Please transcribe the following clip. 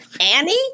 Annie